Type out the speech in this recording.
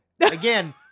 again